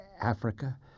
Africa